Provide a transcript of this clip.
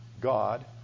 God